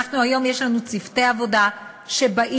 היום יש לנו צוותי עבודה שבאים,